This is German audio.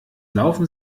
laufen